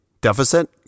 Deficit